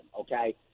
okay